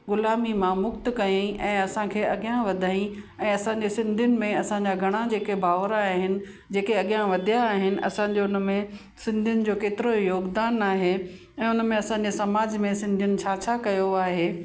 गुलामी मां मुक्त कयईं ऐं असांखे अॻियां वधायईं ऐं असांजे सिंधीयुनि में असांजा घणा जेके भावर आहिनि जेके अॻियां वधिया आहिनि असांजो हुनमें सिंधीयुनि जो केतिरो योगदानु आहे ऐं उनमें असांजे समाज में सिंधीयुनि छा छा कयो आहे